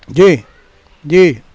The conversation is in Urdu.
جی جی